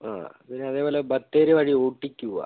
പിന്നെ അതേപോലെ ബത്തേരി വഴി ഊട്ടിക്ക് പോകാം